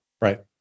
right